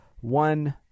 one